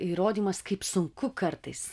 įrodymas kaip sunku kartais